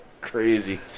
Crazy